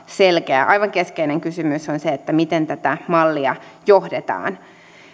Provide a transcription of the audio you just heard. selkeää aivan keskeinen kysymys on se miten tätä mallia johdetaan